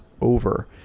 over